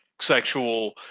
sexual